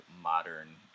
modern